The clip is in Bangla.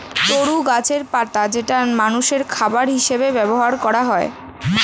তরু গাছের পাতা যেটা মানুষের খাবার হিসেবে ব্যবহার করা হয়